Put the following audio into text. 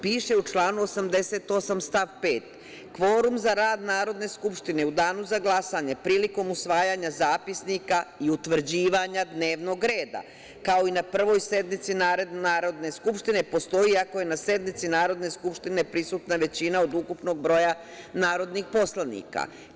Piše u članu 88. stav 5. – kvorum za rad Narodne skupštine u danu za glasanje, prilikom usvajanja zapisnika i utvrđivanja dnevnog reda, kao i na Prvoj sednici Narodne skupštine postoji ako je na sednici Narodne skupštine prisutna većina od ukupnog broja narodnih poslanika.